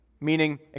meaning